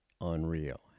unreal